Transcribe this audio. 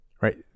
right